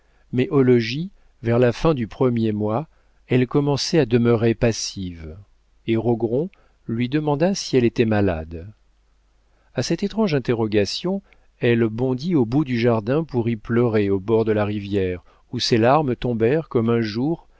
mais au logis vers la fin du premier mois elle commençait à demeurer passive et rogron lui demanda si elle était malade a cette étrange interrogation elle bondit au bout du jardin pour y pleurer au bord de la rivière où ses larmes tombèrent comme un jour